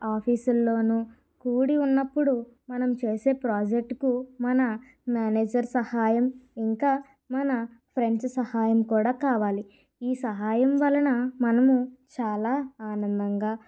office ల్లోనూ coding ఉన్నప్పుడు మనం చేసే ప్రాజెక్టు కు మన మేనేజర్ సహాయం ఇంకా మన ఫ్రెండ్స్ సహాయం కూడా కావాలి ఈ సహాయం వలన మనము చాలా ఆనందంగా